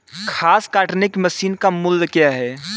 घास काटने की मशीन का मूल्य क्या है?